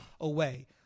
away